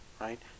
right